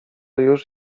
już